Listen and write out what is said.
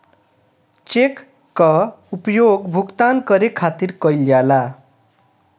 check कअ उपयोग भुगतान करे खातिर कईल जाला